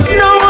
no